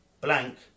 blank